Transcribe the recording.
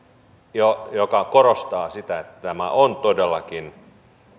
mikä korostaa sitä että tämä on todellakin